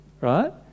right